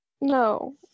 No